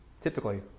typically